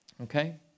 Okay